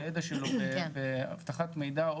הידע שלו באבטחת מידע,